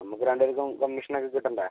നമുക്ക് രണ്ട് പേർക്കും കമ്മീഷൻ ഒക്കെ കിട്ടണ്ടേ